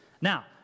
Now